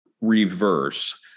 reverse